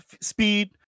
speed